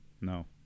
no